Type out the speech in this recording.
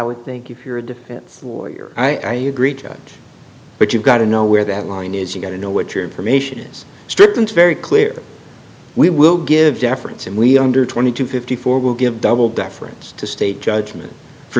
would think you hear a defense lawyer i agree to it but you've got to know where that line is you get to know what your information is strict and very clear we will give deference and we under twenty to fifty four will give double deference to state judgment for